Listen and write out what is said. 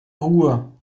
ruhr